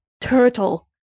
Turtle